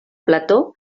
plató